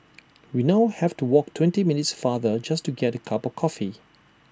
we now have to walk twenty minutes farther just to get A cup coffee